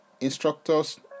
instructors